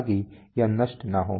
ताकि यह नष्ट न हो